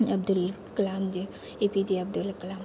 अब्दुल कलामजी एपीजे अब्दुल कलाम